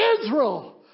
Israel